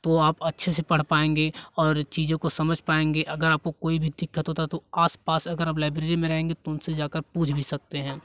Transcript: तो आप अच्छे से पढ़ पाएँगे और चीजों को समझ पाएँगे अगर आपको कोई भी दिक्कत होता है तो आसपास अगर आप लाइब्रेरी में रहेंगे तो उनसे जाकर पूछ भी सकते हैं